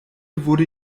wurde